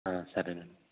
సరే అండి